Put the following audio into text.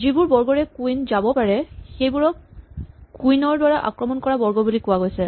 যিবোৰ বৰ্গৰে কুইন যাব পাৰে সেইবোৰক কুইন ৰ দ্বাৰা আক্ৰমণ কৰা বৰ্গ বুলি কোৱা হৈছে